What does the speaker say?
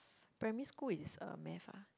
primary school is uh math ah